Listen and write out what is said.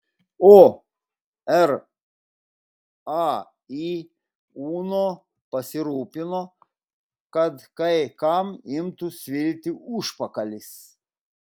o rai uno pasirūpino kad kai kam imtų svilti užpakalis